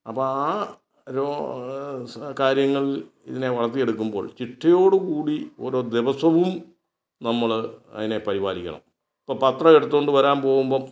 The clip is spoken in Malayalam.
അപ്പം ആ രോ കാര്യങ്ങളിൽ ഇതിനെ വളർത്തിയെടുക്കുമ്പോൾ ചിട്ടയോട് കൂടി ഓരോ ദിവസവും നമ്മൾ അതിനെ പരിപാലിക്കണം ഇപ്പോൾ പത്രം എടുത്ത് കൊണ്ട് വരാൻ പോകുമ്പം